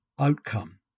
outcome